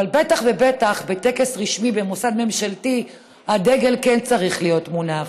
אבל בטח ובטח בטקס רשמי במוסד ממשלתי הדגל כן צריך להיות מונף.